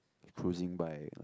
cruising by like